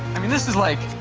i mean, this is like,